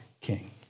king